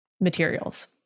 materials